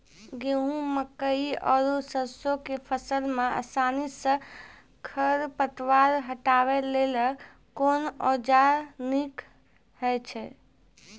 गेहूँ, मकई आर सरसो के फसल मे आसानी सॅ खर पतवार हटावै लेल कून औजार नीक है छै?